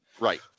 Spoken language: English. right